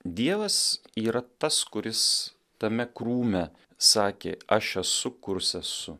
dievas yra tas kuris tame krūme sakė aš esu kurs esu